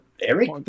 Eric